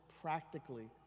practically